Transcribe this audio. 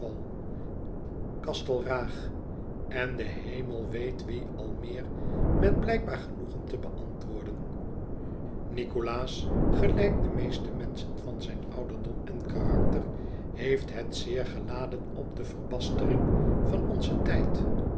en de hemel weet wie al meer met blijkbaar genoegen te beantwoorden nicholas gelijk de meeste menschen van zijn ouderdom en karakter heeft het zeer geladen op de verbastering van onzen tijd